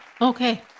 Okay